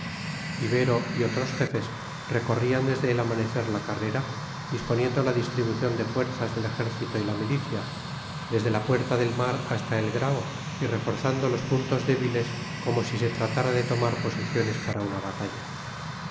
ibero y otros jefes recorrían desde el amanecer la carrera disponiendo la distribución de fuerzas del ejército y la milicia desde la puerta del mar hasta el grao y reforzando los puntos débiles como si se tratara de tomar posiciones para una batalla